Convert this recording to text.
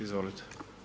Izvolite.